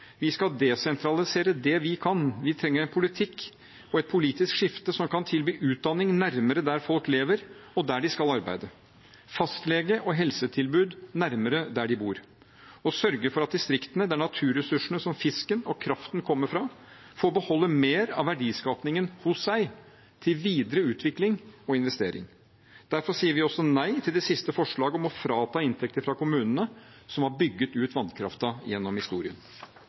Vi skal desentralisere det vi kan. Vi trenger en politikk og et politisk skifte som kan tilby utdanning nærmere der folk lever, og der de skal arbeide, fastlege og helsetilbud nærmere der de bor, og sørge for at distriktene – der naturressurser som fisken og kraften kommer fra – får beholde mer av verdiskapningen hos seg, til videre utvikling og investering. Derfor sier vi også nei til det siste forslaget om å ta inntekter fra kommunene som har bygget ut vannkraften gjennom historien.